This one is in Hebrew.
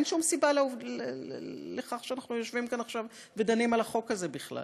אין שום סיבה לכך שאנחנו יושבים כאן עכשיו ודנים על החוק הזה בכלל.